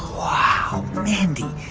wow. mindy,